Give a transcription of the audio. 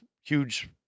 huge